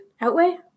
Outweigh